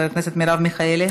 חבר הכנסת ישראל אייכלר,